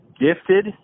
Gifted